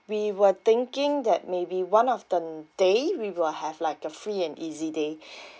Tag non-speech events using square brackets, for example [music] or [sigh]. we were thinking that maybe one of the day we will have like a free and easy day [breath]